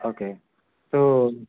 okay so